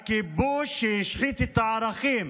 הכיבוש שהשחית את הערכים